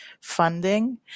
funding